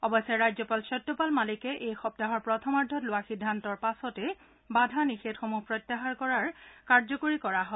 অৱশ্যে ৰাজ্যপাল সত্যপাল মালিকে এই সপ্তাহৰ প্ৰথমাৰ্ধত লোৱা সিদ্ধান্তৰ পাছতেই বাধা নিষেধসমূহ প্ৰত্যাহাৰ কাৰ্যকৰী কৰা হয়